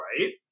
Right